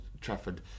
Trafford